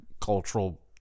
cultural